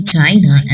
China